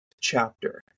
chapter